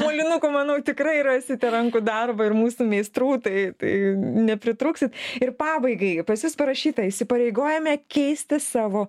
molinukų manau tikrai rasite rankų darbo ir mūsų meistrų tai tai nepritrūksit ir pabaigai pas jus parašyta įsipareigojame keisti savo